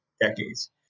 decades